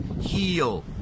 heal